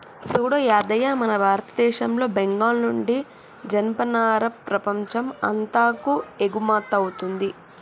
సూడు యాదయ్య మన భారతదేశంలో బెంగాల్ నుండి జనపనార ప్రపంచం అంతాకు ఎగుమతౌతుంది